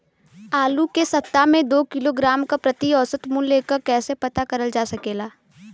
आलू के सप्ताह में दो किलोग्राम क प्रति औसत मूल्य क कैसे पता करल जा सकेला?